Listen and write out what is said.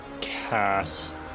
cast